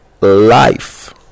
life